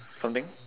something